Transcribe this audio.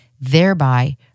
thereby